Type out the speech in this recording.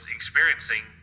experiencing